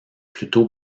plutôt